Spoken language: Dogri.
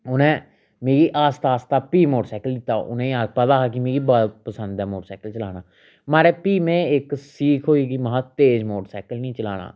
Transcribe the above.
उनें मिगी आस्ता आस्ता फ्ही मोटरसाइकल दित्ता उनेंई पता हा कि मिकी पसंद ऐ मोटरसाइकल चलाना महाराज फ्ही में इक सीख होई कि महां तेज मोटरसाइकल नी चलाना